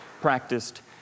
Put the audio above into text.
practiced